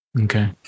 Okay